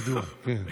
ידוע, כן.